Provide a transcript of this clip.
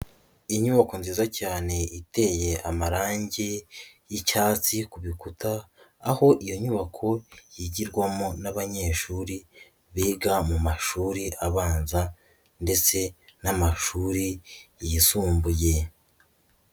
Inyubako nziza cyane iteye amarangi y'icyatsi ku bikuta aho iyo nyubako yigirwamo n'abanyeshuri biga mu mashuri abanza ndetse n'amashuri yisumbuye.